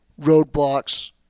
roadblocks